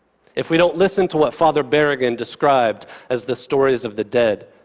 if we don't listen to what father berrigan described as the stories of the dead,